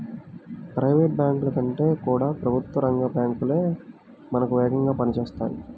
private బ్యాంకుల కంటే కూడా ప్రభుత్వ రంగ బ్యాంకు లే మనకు వేగంగా పని చేస్తాయి